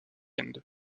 end